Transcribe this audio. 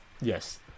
yes